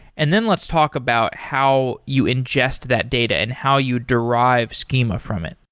and then let's talk about how you ingest that data and how you derive schema from it.